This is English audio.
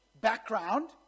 background